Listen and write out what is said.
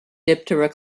diptera